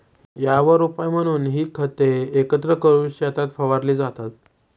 यावर उपाय म्हणून ही खते एकत्र करून शेतात फवारली जातात